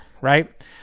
Right